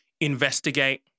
investigate